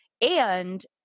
and-